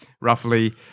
roughly